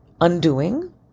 undoing